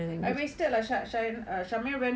I wasted lah sha~ sha~ shamir went